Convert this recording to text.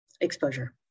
exposure